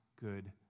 good